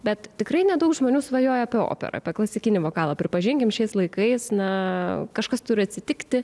bet tikrai nedaug žmonių svajoja apie operą apie klasikinį vokalą pripažinkim šiais laikais na kažkas turi atsitikti